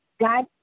God